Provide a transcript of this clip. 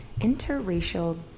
interracial